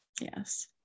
yes